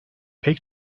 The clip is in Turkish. pek